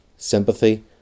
Sympathy